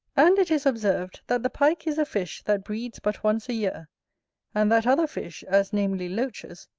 and it is observed, that the pike is a fish that breeds but once a year and that other fish, as namely loaches,